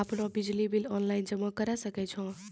आपनौ बिजली bill online जमा करै सकै छौ?